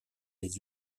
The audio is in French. les